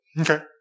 Okay